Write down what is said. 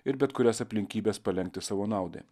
ir bet kurias aplinkybes palenkti savo naudai